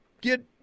get